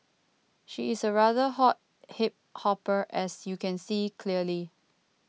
she's a rather hot hip hopper as you can see clearly